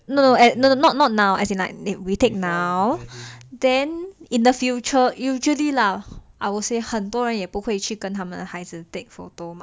no no no no not not now as in like we take now then in the future usually lah I would say 很多人也不会跟他们的孩子 take photo mah